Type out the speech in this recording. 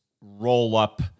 roll-up